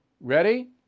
Ready